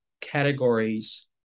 categories